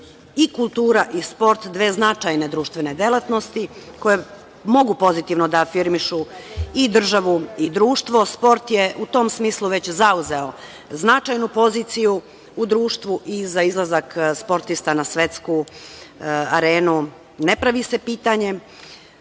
i kultura i sport dve značajne društvene delatnosti koje mogu pozitivno da afirmišu i državu i društvo. Sport je u tom smislu već zauzeo značajnu poziciju u društvu i za izlazak sportista na svetsku arenu ne pravi se pitanje. Rekla